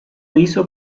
hizo